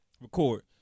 record